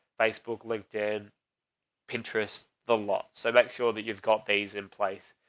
facebook, linkedin, pinterest, the lot. so make sure that you've got these in place.